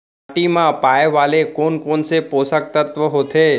माटी मा पाए वाले कोन कोन से पोसक तत्व होथे?